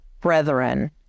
Brethren